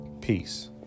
Peace